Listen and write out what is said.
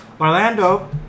Orlando